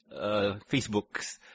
Facebook's